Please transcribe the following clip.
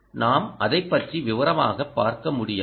நாம் அதைப்பற்றி விவரமாகப் பார்க்க முடியாது